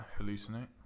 hallucinate